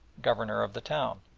governor of the town.